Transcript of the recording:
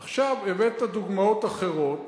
עכשיו, הבאת דוגמאות אחרות